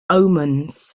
omens